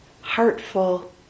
heartful